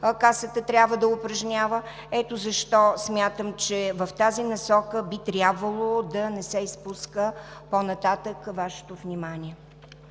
Касата трябва да упражнява. Ето защо смятам, че в тази насока не би трябвало да се изпуска Вашето внимание.